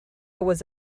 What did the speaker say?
was